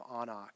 Anak